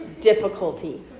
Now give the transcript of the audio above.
difficulty